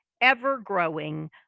ever-growing